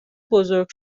بزرگ